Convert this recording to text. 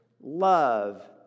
love